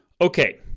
okay